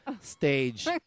stage